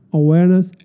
awareness